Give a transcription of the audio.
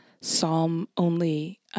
psalm-only